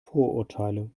vorurteile